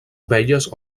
ovelles